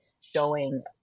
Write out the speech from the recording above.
showing